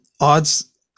Odd's